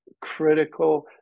critical